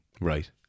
Right